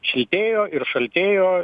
šiltėjo ir šaltėjo